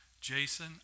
Jason